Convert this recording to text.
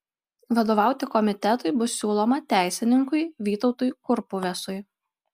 vadovauti komitetui bus siūloma teisininkui vytautui kurpuvesui